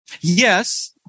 Yes